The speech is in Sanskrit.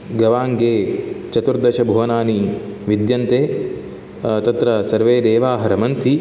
गवाङ्गे चतुर्दशभुवनानि विद्यन्ते तत्र सर्वे देवाः रमन्ति